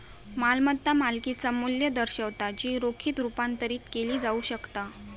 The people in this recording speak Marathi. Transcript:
मालमत्ता मालकिचा मू्ल्य दर्शवता जी रोखीत रुपांतरित केली जाऊ शकता